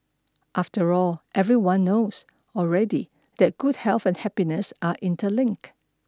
after all everyone knows already that good health and happiness are interlinked